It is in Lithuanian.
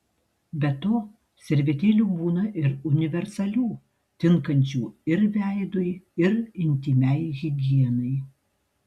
be to servetėlių būna ir universalių tinkančių ir veidui ir intymiai higienai